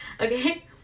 Okay